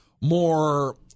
more